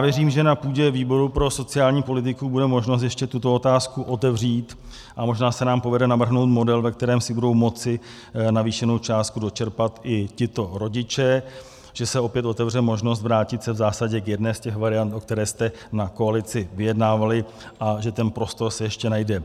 Věřím, že na půdě výboru pro sociální politiku bude možnost ještě tuto otázku otevřít, a možná se nám povede navrhnout model, ve kterém si budou moci navýšenou částku dočerpat i tito rodiče, že se opět otevře možnost vrátit se v zásadě k jedné z těch variant, o které jste na koalici vyjednávali, a že ten prostor se ještě najde.